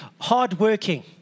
hardworking